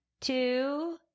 two